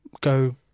go